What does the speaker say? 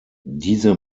diese